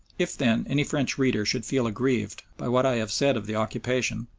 if, then, any french reader should feel aggrieved by what i have said of the occupation,